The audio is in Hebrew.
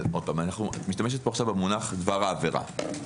את משתמשת במונח דבר העבירה.